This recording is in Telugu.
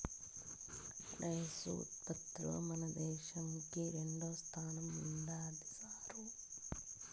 రైసు ఉత్పత్తిలో మన దేశంకి రెండోస్థానం ఉండాది సారూ